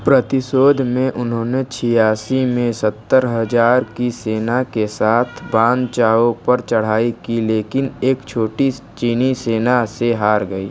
प्रतिशोध में उन्होंने छियासी में सत्तर हज़ार की सेना के साथ बान चाओ पर चढ़ाई की लेकिन एक छोटी सी चीनी सेना से हार गई